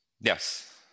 Yes